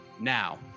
now